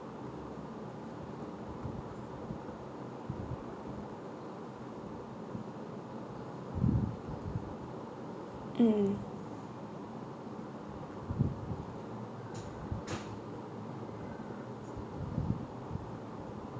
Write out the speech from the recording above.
mm